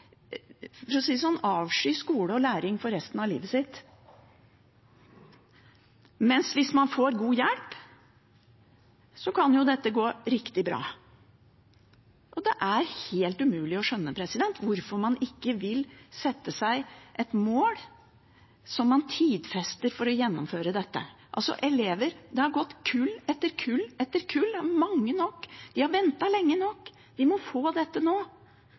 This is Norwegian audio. for å si det sånn. Men hvis de får god hjelp, kan dette gå riktig bra. Det er helt umulig å skjønne hvorfor man ikke vil sette seg et tidfestet mål for å gjennomføre dette. Det har gått kull etter kull med elever. Det er mange nok, og de har ventet lenge nok. De må få dette nå.